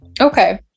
Okay